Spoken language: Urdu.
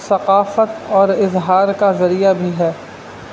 ثقافت اور اظہار کا ذریعہ بھی ہے